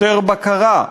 יותר בקרה,